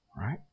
right